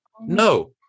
No